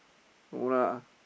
no lah